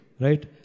Right